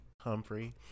Humphrey